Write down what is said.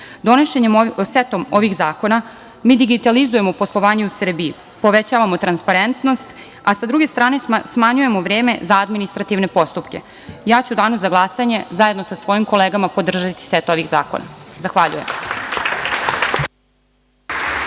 krize. Donošenjem seta ovih zakona, mi digitalizujemo poslovanje u Srbiji, povećavamo transparentnost, a sa druge strane, smanjujemo vreme za administrativne postupke. Ja ću u danu za glasanje, zajedno sa svojim kolegama, podržati set ovih zakona. Zahvaljujem.